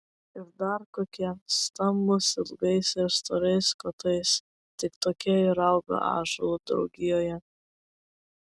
ir dar kokie stambūs ilgais ir storais kotais tik tokie ir auga ąžuolų draugijoje